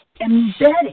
embedding